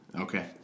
Okay